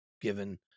given